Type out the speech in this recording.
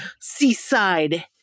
seaside